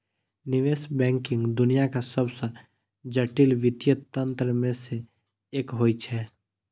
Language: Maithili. निवेश बैंकिंग दुनियाक सबसं जटिल वित्तीय तंत्र मे सं एक होइ छै